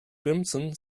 crimson